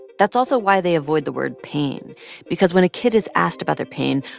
that's also why they avoid the word pain because when a kid is asked about their pain,